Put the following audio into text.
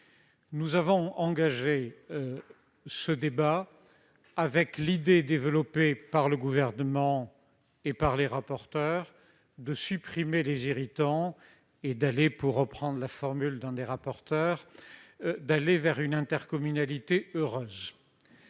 Nous avons engagé ce débat avec l'idée, développée tant par le Gouvernement que par les rapporteurs, de supprimer les irritants et d'aller, pour reprendre la formule d'un des rapporteurs, vers une « intercommunalité heureuse